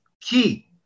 Key